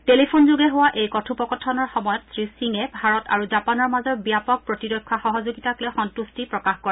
টেলিফোনযোগে হোৱা এই কথোপকথনৰ সময়ত শ্ৰীসিঙে ভাৰত আৰু জাপানৰ মাজৰ ব্যাপক প্ৰতিৰক্ষা সহযোগিতাক লৈ সম্বট্টি প্ৰকাশ কৰে